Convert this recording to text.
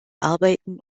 arbeiten